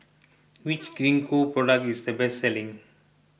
which Gingko product is the best selling